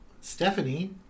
Stephanie